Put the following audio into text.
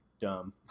dumb